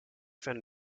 van